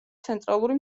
ცენტრალური